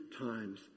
times